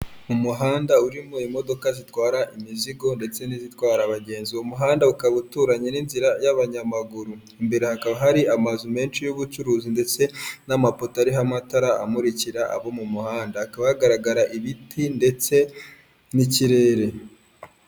Umuhanda urimo imodoka zitwara imizigo ndetse n'izitwara abagenzi, uwo umuhanda ukaba uturanye n'inzira y'abanyamaguru, imbere hakaba hari amazu menshi y'ubucuruzi ndetse n'amapoto ariho amatara amurikira abo m'umuhanda, hakaba hagaragara ibiti ndetse n'ikirere.